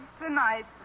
tonight